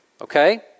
okay